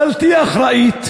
בלתי אחראית.